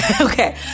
okay